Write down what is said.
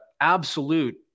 absolute